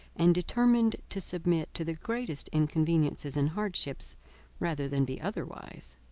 and determined to submit to the greatest inconveniences and hardships rather than be otherwise.